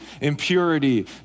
impurity